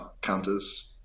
counters